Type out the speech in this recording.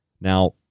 Now